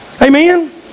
Amen